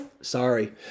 sorry